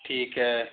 ठीक है